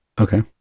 Okay